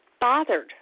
bothered